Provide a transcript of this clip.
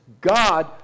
God